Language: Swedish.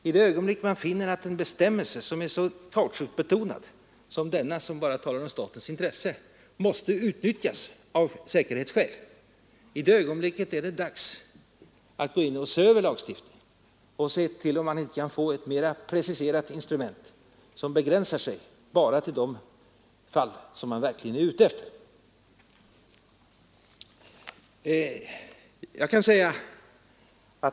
I det ögonblick då man finner att en bestämmelse, som är så kautschukbetonad som denna och som bara talar om statens intresse, måste utnyttjas av säkerhetsskäl, i det ögonblicket är det dags att se över lagstiftningen och försöka finna ett mer preciserat instrument som begränsar sig bara till de fall som man verkligen är ute efter.